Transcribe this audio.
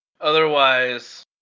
Otherwise